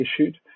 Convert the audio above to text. issued